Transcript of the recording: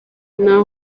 nta